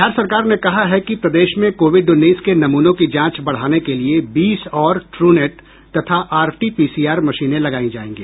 बिहार सरकार ने कहा है कि प्रदेश में कोविड उन्नीस के नमूनों की जांच बढ़ाने के लिए बीस और ट्रूनेट तथा आरटीपीसीआर मशीने लगायी जायेंगी